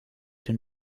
den